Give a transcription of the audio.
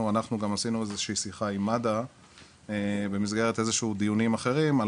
אנחנו גם עשינו איזושהי שיחה עם מד"א במסגרת דיונים אחרים על